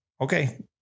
okay